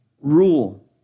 rule